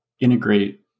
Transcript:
integrate